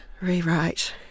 rewrite